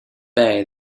bay